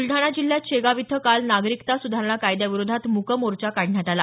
ब्लडाणा जिल्ह्यात शेगांव इथं काल नागरिकता सुधारणा कायद्याविरोधात मूक मोर्चा काढण्यात आला